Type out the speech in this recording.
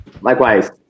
Likewise